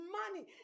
money